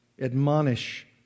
Admonish